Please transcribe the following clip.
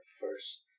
first